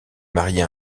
mariée